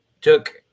took